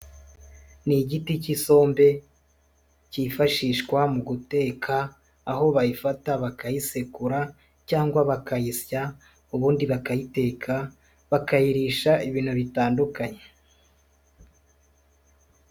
Ni igiti k'isombe kifashishwa mu guteka aho bayifata bakayisekura cyangwa bakayisya ubundi bakayiteka bakayirisha ibintu bitandukanye.